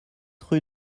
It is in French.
rue